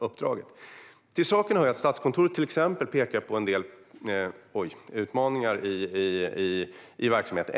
uppdraget. Till saken hör att Statskontoret pekar på en del utmaningar i verksamheten.